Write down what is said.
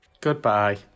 Goodbye